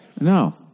No